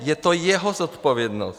Je to jeho zodpovědnost.